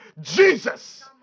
Jesus